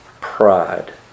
Pride